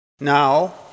Now